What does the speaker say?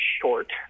short